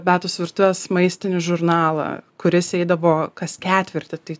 beatos virtuvės maistinį žurnalą kuris eidavo kas ketvirtį tai